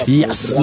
yes